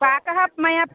पाकः मया